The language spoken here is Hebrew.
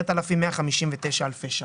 10,159 אלפי שקלים.